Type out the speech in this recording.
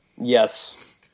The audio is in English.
Yes